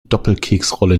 doppelkeksrolle